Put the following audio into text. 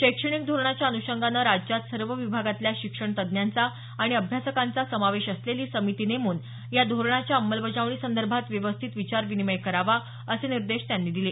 शैक्षणिक धोरणाच्या अनुषंगाने राज्यात सर्व विभागांतल्या शिक्षण तज्ञांचा आणि अभ्यासकांचा समावेश असलेली समिती नेमून या धोरणाच्या अंमलबजावणीसंदर्भात व्यवस्थित विचार विनिमय करावा असे निर्देश त्यांनी दिले